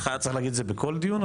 קודם